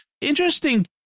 interesting